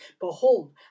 Behold